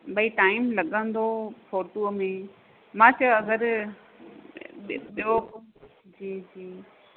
भई टाइम लॻंदो फोटूअ में मां चयो अगरि ॿ ॿियो जी जी